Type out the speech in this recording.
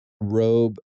robe